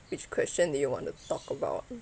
which question do you want to talk about